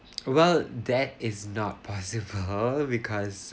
well that is not possible because